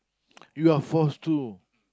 you are forced to